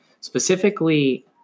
specifically